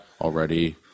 Already